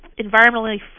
environmentally